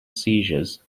seizures